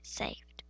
saved